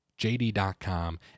JD.com